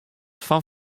fan